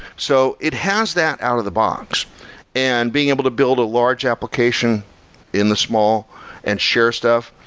so it has that out-of-the-box, and being able to build a large application in the small and share stuff,